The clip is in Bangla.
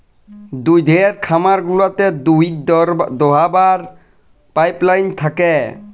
দুহুদের খামার গুলাতে দুহুদ দহাবার পাইপলাইল থ্যাকে